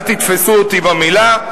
אל תתפסו אותי במלה.